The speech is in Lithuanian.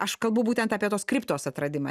aš kalbu būtent apie tos kriptos atradimą